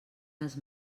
les